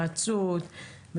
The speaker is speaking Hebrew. לאמץ.